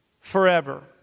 forever